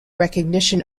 recognition